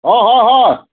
অ হয় হয়